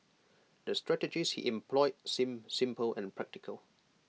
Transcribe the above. the strategies he employed seemed simple and practical